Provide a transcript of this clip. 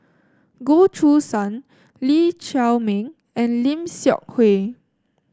Goh Choo San Lee Chiaw Meng and Lim Seok Hui